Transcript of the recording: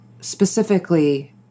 specifically